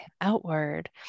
outward